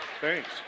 Thanks